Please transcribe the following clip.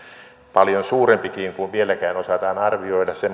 paljon suurempikin kuin vieläkään osataan arvioida